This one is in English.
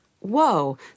Whoa